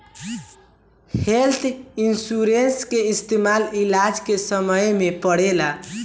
health insurance के इस्तमाल इलाज के समय में पड़ेला